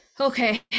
okay